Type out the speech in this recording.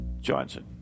Johnson